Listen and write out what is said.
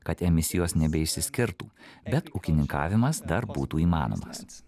kad emisijos nebeišsiskirtų bet ūkininkavimas dar būtų įmanomas